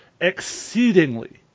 exceedingly